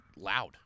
loud